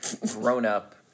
grown-up